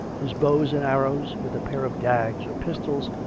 his bows and arrows, with a pair of dags or pistols,